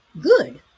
good